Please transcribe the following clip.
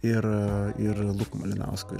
ir ir luku malinausku iš